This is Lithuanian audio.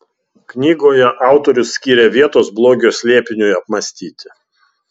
knygoje autorius skiria vietos blogio slėpiniui apmąstyti